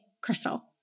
Crystal